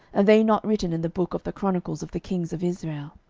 are they not written in the book of the chronicles of the kings of israel?